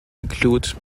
include